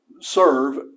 serve